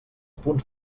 punts